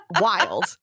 Wild